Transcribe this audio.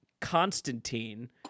Constantine